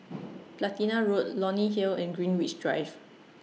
Platina Road Leonie Hill and Greenwich Drive